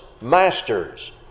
masters